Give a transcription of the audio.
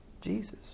Jesus